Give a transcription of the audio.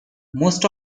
most